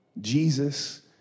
Jesus